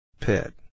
Pit